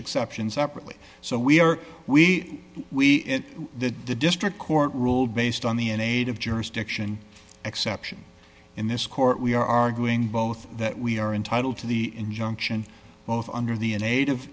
exceptions up early so we are we we in the district court ruled based on the innate of jurisdiction exception in this court we are arguing both that we are entitled to the injunction both under the